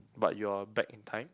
but you are back in time